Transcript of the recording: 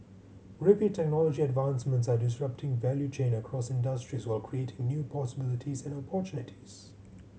rapid technology advancements are disrupting value chain across industries while creating new possibilities and opportunities